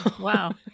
Wow